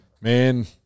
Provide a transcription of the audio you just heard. Man